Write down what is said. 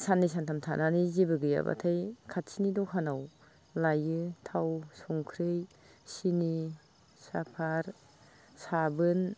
साननै सानथाम थानानै जेबो गैयाब्लाथाय खाथिनि दखानाव लायो थाव संख्रि सिनि साफाथ साबोन